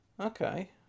Okay